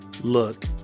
look